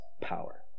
power